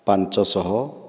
ପାଞ୍ଚ ଶହ